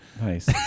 Nice